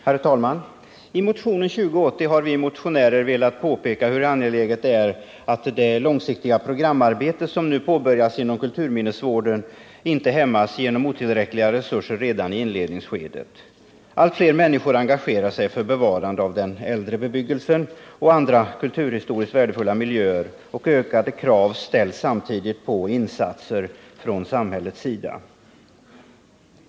Herr talman! I motionen 2080 har vi motionärer påpekat hur angeläget det är att det långsiktiga programarbete som påbörjats inom kulturminnesvården inte hämmas redan i inledningsskedet på grund av otillräckliga resurser. Allt fler människor engagerar sig för bevarande av den äldre bebyggelsen och andra kulturhistoriskt värdefuila miljöer. Ökade krav ställs samtidigt på insatser från samhällets sida.